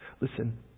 Listen